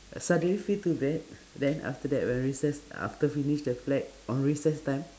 suddenly feel too bad then after that when recess after finish the flag on recess time